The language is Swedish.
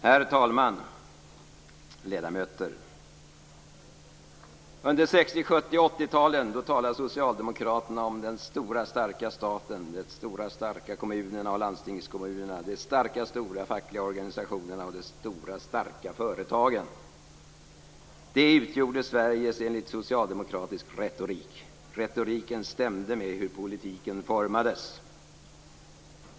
Herr talman! Ledamöter! Under 60-, 70 och 80 talet talade Socialdemokraterna om den stora, starka staten, de stora, starka kommunerna och landstingskommunerna, de starka, stora fackliga organisationerna och de stora, starka företagen. Detta utgjorde Sverige, enligt socialdemokratisk retorik. Retoriken stämde överens med hur politiken formades.